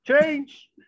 change